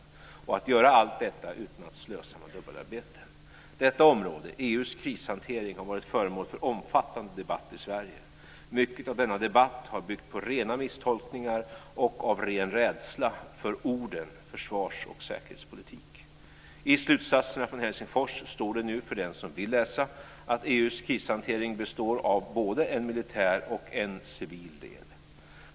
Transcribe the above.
Det handlar om att göra allt detta utan att slösa med dubbelarbete. Detta område, EU:s krishantering, har varit föremål för en omfattande debatt i Sverige. Mycket av denna debatt har byggt på rena misstolkningar och på en ren rädsla för orden försvars och säkerhetspolitik. I slutsatserna från Helsingfors står det nu, för den som vill läsa, att EU:s krishantering består av både en militär och en civil del.